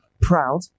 proud